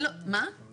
גם לא